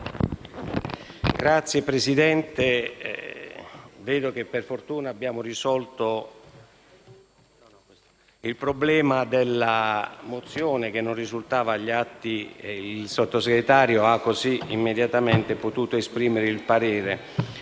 Signora Presidente, vedo che per fortuna abbiamo risolto il problema della proposta di risoluzione che non risultava agli atti e il Sottosegretario ha così immediatamente potuto esprimere il parere.